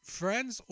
friends